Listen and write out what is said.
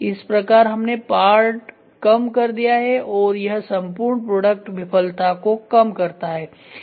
इस प्रकार हमने पार्ट कम कर दिया है और यह संपूर्ण प्रोडक्ट विफलता को कम करता है